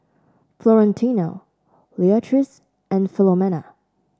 Florentino Leatrice and Philomena